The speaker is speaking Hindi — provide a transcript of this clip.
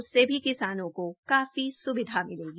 इससे भी किसानों को कार्फी सुविधा मिलेगी